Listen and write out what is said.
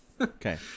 Okay